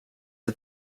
are